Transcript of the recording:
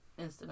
Instagram